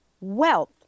wealth